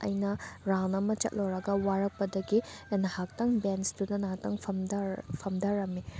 ꯑꯩꯅ ꯔꯥꯎꯟ ꯑꯃ ꯆꯠꯂꯨꯔꯒ ꯋꯥꯔꯛꯄꯗꯒꯤ ꯉꯥꯏꯍꯥꯛꯇꯪ ꯕꯦꯟꯁꯇꯨꯗ ꯉꯥꯏꯍꯥꯛꯇꯪ ꯐꯝꯗꯔꯝ ꯐꯝꯗꯔꯝꯃꯤ